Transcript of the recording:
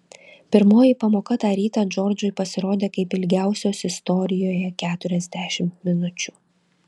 pirmoji pamoka tą rytą džordžui pasirodė kaip ilgiausios istorijoje keturiasdešimt minučių